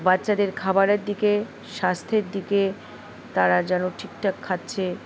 বাচ্চাদের খাবারের দিকে স্বাস্থ্যের দিকে তারা যেন ঠিক ঠাক খাচ্ছে